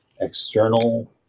external